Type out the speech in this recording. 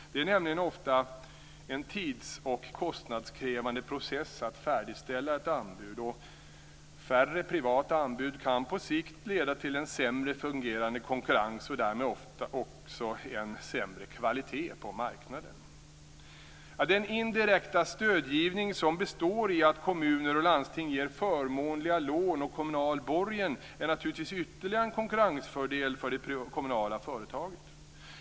Det är nämligen ofta en tids och kostnadskrävande process att färdigställa anbud. Färre privata anbud kan på sikt leda till sämre fungerande konkurrens och därmed också sämre kvalitet på marknaden. Den indirekta stödgivning som består i att kommuner och landsting ger förmånliga lån och kommunal borgen är naturligtvis ytterligare en konkurrensfördel för det kommunala företaget.